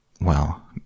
Well